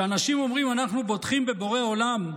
שאנשים אומרים 'אנחנו בוטחים בבורא העולם',